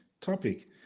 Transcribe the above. topic